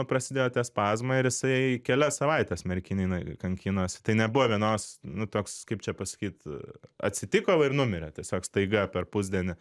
prasidėjo tie spazmai ir jisai kelias savaites merkinėj kankinosi tai nebuvo vienos nu toks kaip čia pasakyt atsitiko va ir numirė tiesiog staiga per pusdienį